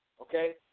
Okay